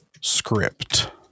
script